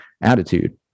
attitude